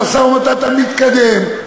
המשא-ומתן מתקדם,